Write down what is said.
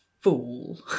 Fool